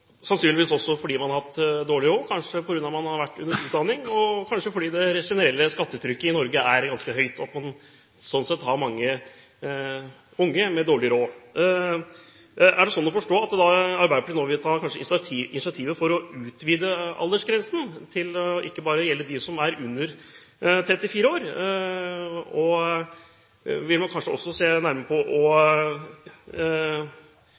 sannsynligvis også fordi man har hatt dårlig råd, kanskje på grunn av at man har vært under utdanning, og kanskje fordi det generelle skattetrykket i Norge er ganske høyt, og at man sånn sett har mange unge med dårlig råd. Er det sånn å forstå at Arbeiderpartiet nå vil ta initiativ til å utvide aldersgrensen til ikke bare å gjelde dem som er under 34 år? Vil man kanskje også se nærmere på